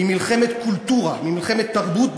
"מ'מלחמת קולטורה' ממלחמת תרבות,